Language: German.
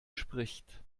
spricht